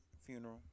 Funeral